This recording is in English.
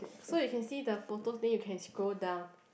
so you can see the photos then you can scroll down